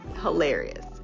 hilarious